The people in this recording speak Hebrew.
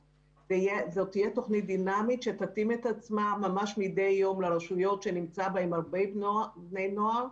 תהיה תכנית דינאמית שתתאים את עצמה לרשויות שנמצאים בהן הרבה בני נוער.